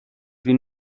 vint